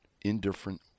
indifferent